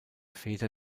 väter